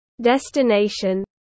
destination